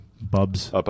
Bub's